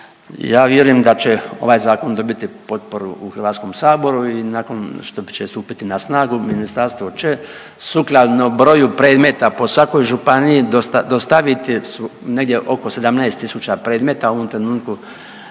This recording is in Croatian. ja vjerujem da će ovaj zakon dobiti potporu u Hrvatskom saboru i nakon što će stupiti na snagu ministarstvo će sukladno broju predmeta po svakoj županiji dostaviti negdje oko 17000 predmeta u ovom trenutku